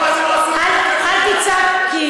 אל תצעק,